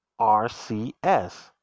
RCS